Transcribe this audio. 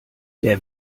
der